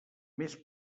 més